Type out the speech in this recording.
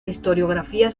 historiografía